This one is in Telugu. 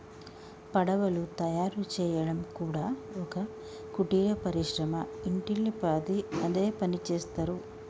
పడవలు తయారు చేయడం కూడా ఒక కుటీర పరిశ్రమ ఇంటిల్లి పాది అదే పనిచేస్తరు